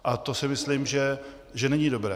A to si myslím, že není dobré.